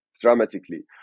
dramatically